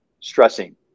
stressing